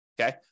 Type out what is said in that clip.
Okay